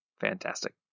fantastic